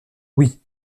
oui